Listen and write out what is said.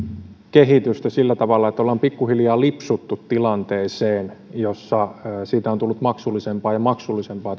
kehitystä sillä tavalla että ollaan pikkuhiljaa lipsuttu tilanteeseen jossa tästä toisesta asteesta on tullut maksullisempaa ja maksullisempaa